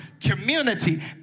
community